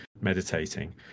meditating